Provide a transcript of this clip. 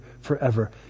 forever